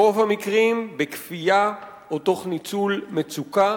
ברוב המקרים בכפייה או תוך ניצול מצוקה,